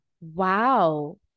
Wow